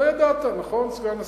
לא ידעת, נכון, סגן השר?